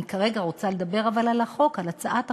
אבל אני כרגע רוצה לדבר על הצעת החוק.